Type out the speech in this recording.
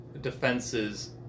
defenses